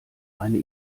eine